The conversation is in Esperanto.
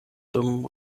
dum